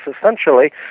essentially